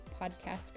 podcast